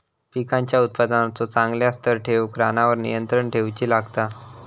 पिकांच्या उत्पादनाचो चांगल्या स्तर ठेऊक रानावर नियंत्रण ठेऊचा लागता